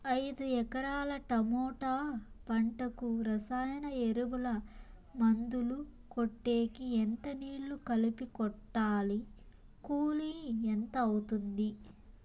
ఐదు ఎకరాల టమోటా పంటకు రసాయన ఎరువుల, మందులు కొట్టేకి ఎంత నీళ్లు కలిపి కొట్టాలి? కూలీ ఎంత అవుతుంది?